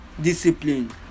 discipline